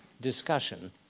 discussion